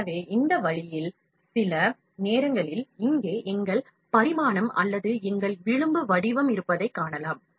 எனவே இந்த வழியில் சில நேரங்களில் இங்கே எங்கள் பரிமாணம் அல்லது எங்கள் விளிம்பு வடிவம் இருப்பதைக் காணலாம்